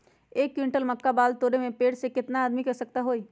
एक क्विंटल मक्का बाल तोरे में पेड़ से केतना आदमी के आवश्कता होई?